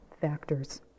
factors